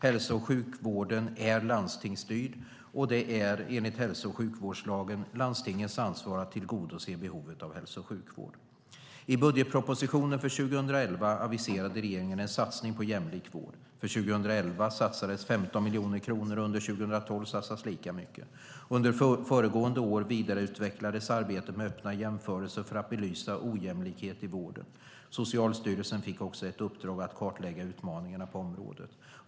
Hälso och sjukvården är landstingsstyrd och det är, enligt hälso och sjukvårdslagen , landstingens ansvar att tillgodose behovet av hälso och sjukvård. I budgetpropositionen för 2011 aviserade regeringen en satsning på jämlik vård. För 2011 satsades 15 miljoner kronor, och under 2012 satsas lika mycket. Under föregående år vidareutvecklades arbetet med öppna jämförelser för att belysa ojämlikhet i vården. Socialstyrelsen fick också ett uppdrag att kartlägga utmaningarna på området.